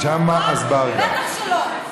בטח שלא,